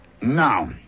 Now